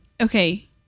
okay